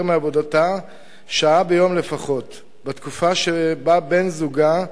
מעבודתה שעה ביום לפחות בתקופה שבה בן-זוגה,